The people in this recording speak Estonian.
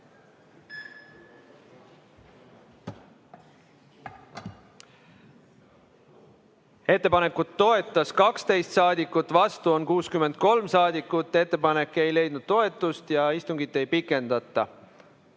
Ettepanekut toetas 12 saadikut, vastu oli 63 saadikut. Ettepanek ei leidnud toetust ja istungit ei pikendata.